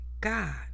God